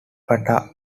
fatah